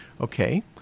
Okay